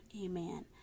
Amen